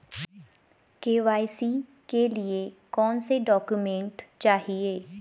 KYC के लिए कौनसे डॉक्यूमेंट चाहिये?